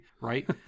right